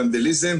ונדליזם.